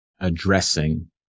addressing